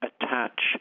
attach